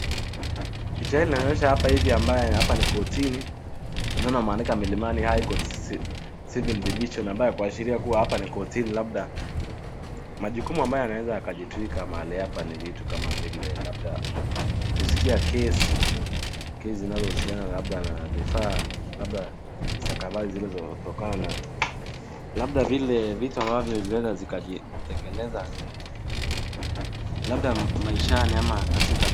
Picha hii inaonyesha hapa hivi ambaye hapa ni kotini. Naona ameandika Milimani High Court Civil Division ambaye kuashiria kuwa hapa ni kotini labda majukumu ambayo anaweza akajitwika mahali hapa ni vitu kama vile labda kusikia kesi. Kesi zinazohusiana labda na vifaa, labda stakabathi zile zilitokana na labda vile vitu ambavyo vinaweza vikajitekeleza labda maishani ama katika.